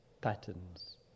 patterns